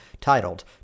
titled